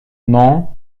non